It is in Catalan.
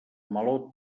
meló